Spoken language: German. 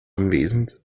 anwesend